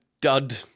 dud